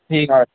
ठीक ऐ